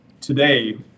Today